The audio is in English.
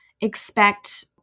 expect